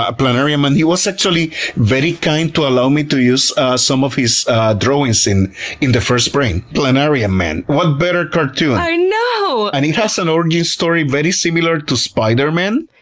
ah planarian man. he was actually very kind to allow me to use some of his drawings in in the first brain. planarian man, what better cartoon? you know and it has an origin story very similar to spiderman.